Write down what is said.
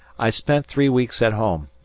i spent three weeks at home,